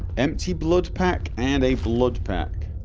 empty blood pack and a blood pack